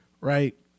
Right